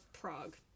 Prague